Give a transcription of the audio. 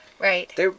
Right